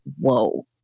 whoa